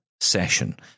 session